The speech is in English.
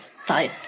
fine